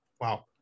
Wow